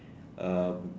uh